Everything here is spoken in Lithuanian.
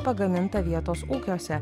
pagamintą vietos ūkiuose